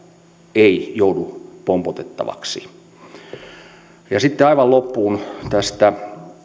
ei joudu pompotettavaksi sitten aivan lopuksi tästä